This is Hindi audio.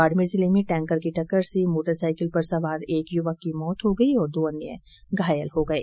बाडमेर जिले में टैंकर की टक्कर से मोटरसाईकिल पर सवार युवक की मृत्यु हो गई और दो अन्य घायल हो गये